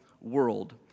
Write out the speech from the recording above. world